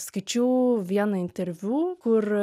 skaičiau vieną interviu kur